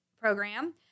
program